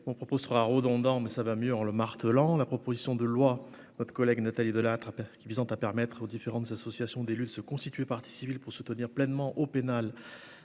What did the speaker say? on propose 3 redondants, mais ça va mieux en le martelant la proposition de loi notre collègue Nathalie Delattre Perquis visant à permettre aux différentes associations d'élus, de se constituer partie civile pour soutenir pleinement au pénal